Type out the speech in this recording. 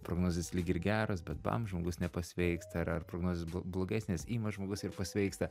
prognozės lyg ir geros bet bam žmogus nepasveiksta ar prognozės blo blogesnės ima žmogus ir pasveiksta